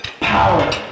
Power